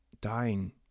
dying